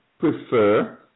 Prefer